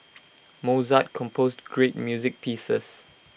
Mozart composed great music pieces